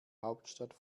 hauptstadt